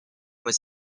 was